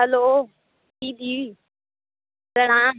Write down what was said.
hello जी जी प्रणाम